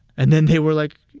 and then they were like,